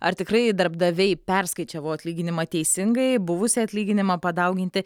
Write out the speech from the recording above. ar tikrai darbdaviai perskaičiavo atlyginimą teisingai buvusį atlyginimą padauginti